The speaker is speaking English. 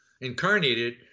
incarnated